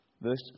Verse